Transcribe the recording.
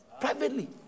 Privately